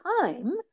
time